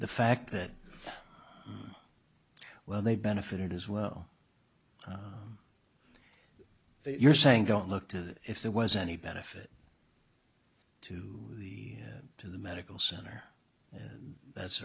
the fact that well they benefitted as well you're saying don't look to if there was any benefit to the to the medical center and that's